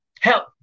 help